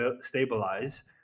stabilize